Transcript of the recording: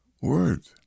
words